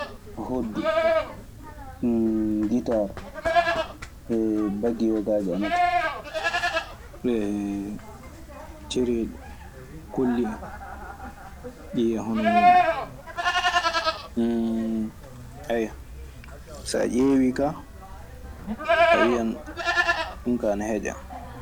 Hoddu, gitar bagi yiogadje ana ton. cereeɗi, kolli en. Ɗii e hono muuɗun. eyyo, so ƴeewi ka, a wiyan ɗum ka ina heƴa.